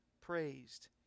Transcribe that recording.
praised